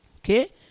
Okay